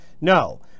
No